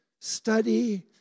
study